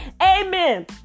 amen